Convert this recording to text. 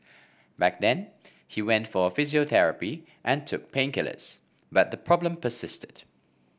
back then he went for physiotherapy and took painkillers but the problem persisted